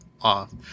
off